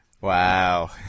Wow